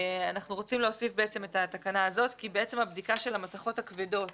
אנחנו רוצים להוסיף את התקנה הזאת כי הבדיקה של המתכות הכבדות